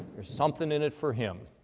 there's something in it for him.